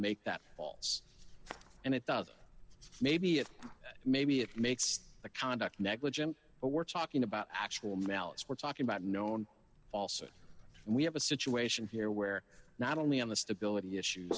make that false and it does maybe it maybe it makes the conduct negligent but we're talking about actual malice we're talking about known also we have a situation here where not only on the stability issue